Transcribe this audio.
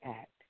act